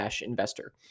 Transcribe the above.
investor